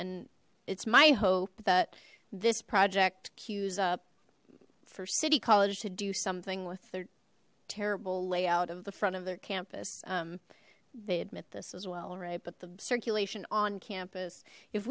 and it's my hope that this project queues up for city college to do something with their terrible layout of the front of their campus they admit this as well right but the circulation on campus if